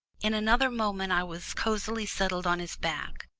in another moment i was cosily settled on his back,